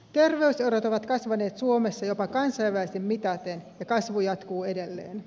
terveyserot ovat kasvaneet suomessa jopa kansainvälisesti mitaten ja kasvu jatkuu edelleen